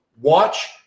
Watch